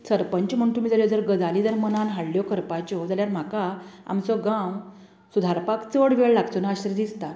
सरपंच म्हण तुमी जर गजाली जर मनान हाडल्यो करपाच्यो जाल्यार म्हाका आमचो गांव सुधारपाक चड वेळ लागचोना अशें दिसता